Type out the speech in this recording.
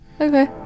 Okay